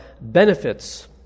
benefits